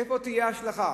איפה תהיה ההשלכה?